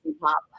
pop